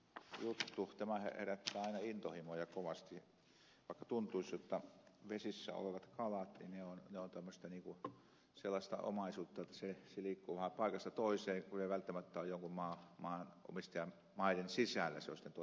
tämä herättää aina intohimoja kovasti vaikka tuntuisi jotta vesissä olevat kalat ovat sellaista omaisuutta joka liikkuu vähän paikasta toiseen ei välttämättä ole jonkun maanomistajan maiden sisällä se olisi sitten toinen juttu jo